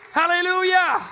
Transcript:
hallelujah